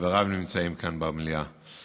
חבריו נמצאים כאן במליאה.